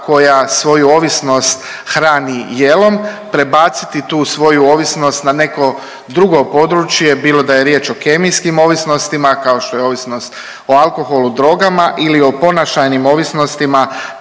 koja svoju ovisnost hrani jelom prebaciti tu svoju ovisnost na neko drugo područje, bilo da je riječ o kemijskim ovisnostima kao što je ovisnost o alkoholu, drogama ili o ponašajnim ovisnostima